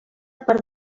per